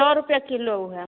सए रुपए किलो ओ हए